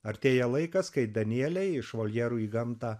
artėja laikas kai danielę iš voljerų į gamtą